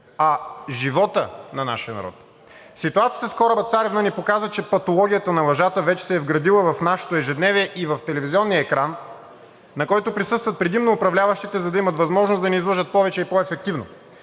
а живота на нашия народ. Ситуацията с кораба „Царевна“ ни показа, че патологията на лъжата вече се е вградила в нашето ежедневие и в телевизионния екран, на който присъстват предимно управляващите, за да имат възможност да ни излъжат повече и по-ефективно.